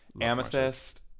Amethyst